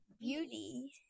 Beauty